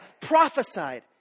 prophesied